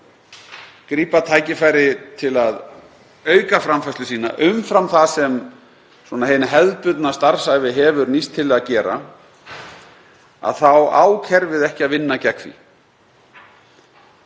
grípa tækifærið til að auka framfærslu sína, umfram það sem hin hefðbundna starfsævi hefur nýst til að gera, þá á kerfið ekki að vinna gegn því.